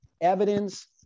evidence